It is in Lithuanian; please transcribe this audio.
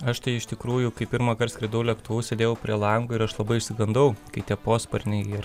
aš tai iš tikrųjų kai pirmąkart skridau lėktuvu sėdėjau prie lango ir aš labai išsigandau kai tie posparniai ir